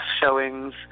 showings